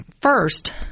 first